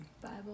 Bible